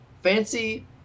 Fancy